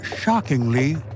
shockingly